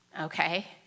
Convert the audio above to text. Okay